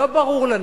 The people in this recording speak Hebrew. לא ברור לנו.